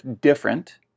different